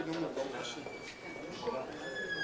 11:50.)